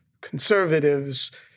conservatives